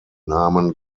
namen